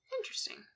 Interesting